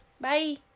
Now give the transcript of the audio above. Bye